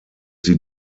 sie